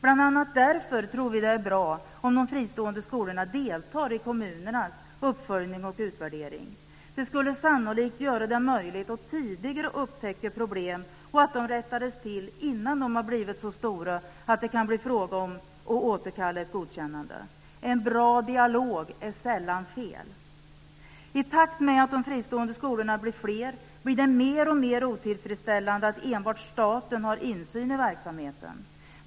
Bl.a. därför tror vi att det är bra om de fristående skolorna deltar i kommunernas uppföljning och utvärdering. Det skulle sannolikt göra det möjligt att tidigare upptäcka problem och att rätta till dem innan de blivit så stora att det kan bli fråga om att återkalla ett godkännande. En bra dialog är sällan fel. I takt med att de fristående skolorna blir fler blir det mer och mer otillfredsställande att enbart staten har insyn i verksamheten.